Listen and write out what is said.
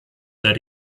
that